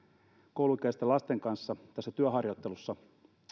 kouluikäisten lasten kanssa tässä työharjoittelussa